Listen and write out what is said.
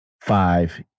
five